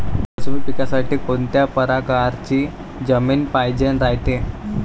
मोसंबी पिकासाठी कोनत्या परकारची जमीन पायजेन रायते?